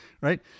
right